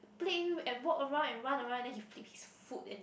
play and walk around and run around and then he flip his food and he